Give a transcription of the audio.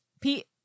Pete